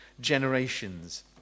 generations